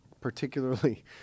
particularly